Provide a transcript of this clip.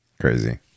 Crazy